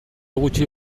gutxi